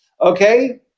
Okay